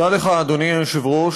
תודה לך, אדוני היושב-ראש.